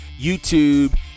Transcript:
YouTube